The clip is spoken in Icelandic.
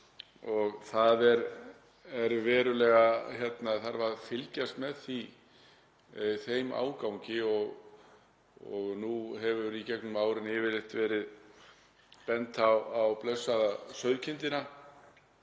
og það þarf að fylgjast með þeim ágangi. Nú hefur í gegnum árin yfirleitt verið bent á blessaða sauðkindina